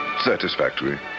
Satisfactory